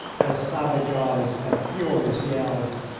their savage eyes, their furious yells,